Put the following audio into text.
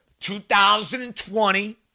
2020